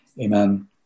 Amen